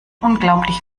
unglaublich